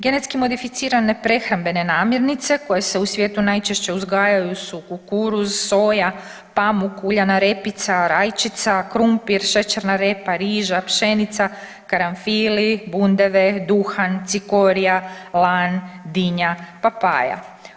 Genetski modificirane prehrambene namirnice koje se u svijetu najčešće uzgajaju su kukuruz, soja, pamuk, uljana repica, rajčica, krumpir, šećerna repa, riža, pšenica, karanfili, bundeve, duhan, cikorija, lan, dinja, papaja.